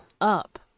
up